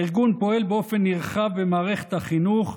הארגון פועל באופן נרחב במערכת החינוך,